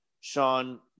Sean